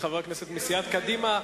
חברי הכנסת מסיעת קדימה,